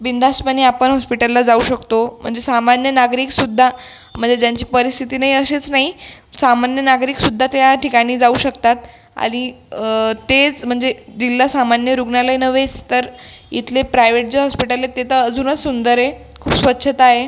बिनधास्तपणे आपण हॉस्पिटलला जाऊ शकतो म्हणजे सामान्य नागरिक सुद्धा म्हणजे ज्यांची परिस्थिती नाही अशीच नाही सामान्य नागरिक सुद्धा त्या ठिकाणी जाऊ शकतात आणि तेच म्हणजे जिल्हा सामान्य रुग्णालय नव्हेच तर इथले प्रायव्हेट जे हॉस्पिटल आहे ते तर अजूनच सुंदर आहे खूप स्वच्छता आहे